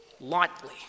lightly